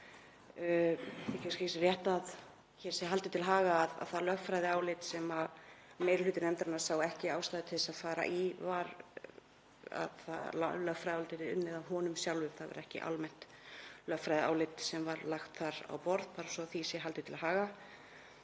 að því sé haldið til haga hér að það lögfræðiálit sem meiri hluti nefndarinnar sá ekki ástæðu til að fara í var lögfræðiálitið sem var unnið af honum sjálfum, það var ekki almennt lögfræðiálit sem var lagt þar á borð, bara svo því sé haldið til haga.